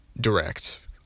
direct